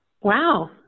Wow